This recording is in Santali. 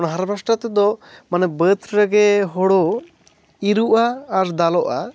ᱚᱱᱟ ᱦᱟᱨᱵᱷᱮᱥᱴᱟᱨ ᱛᱮᱫᱚ ᱢᱟᱱᱮ ᱵᱟᱹᱫ ᱨᱮᱜᱮ ᱦᱳᱲᱳ ᱤᱨᱚᱜᱼᱟ ᱟᱨ ᱫᱟᱞᱚᱜᱼᱟ